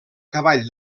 cavall